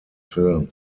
film